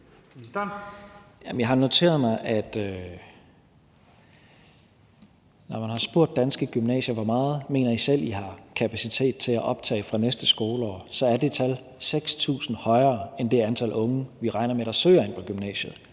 Jeg har noteret mig, at når man har spurgt danske gymnasier, hvor meget de selv mener de har kapacitet til at optage fra næste skoleår, så er det tal 6.000 højere end det antal unge, vi regner med søger ind på et gymnasium.